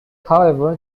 however